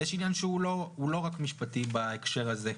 ויש עניין שהוא לא רק משפטי בהקשר הזה.